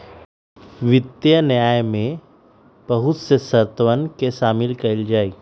वित्तीय न्याय में बहुत से शर्तवन के शामिल कइल जाहई